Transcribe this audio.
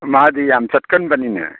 ꯃꯥꯗꯤ ꯌꯥꯝ ꯆꯠꯀꯟꯕꯅꯤꯅꯦ